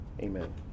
Amen